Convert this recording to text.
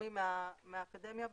גורמים מהאקדמיה,